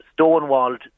stonewalled